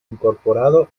incorporado